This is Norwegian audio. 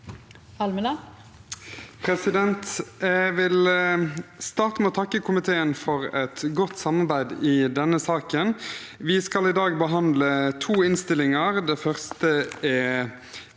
for sakene): Jeg vil starte med å takke komiteen for et godt samarbeid i saken. Vi skal i dag behandle to innstillinger, den første er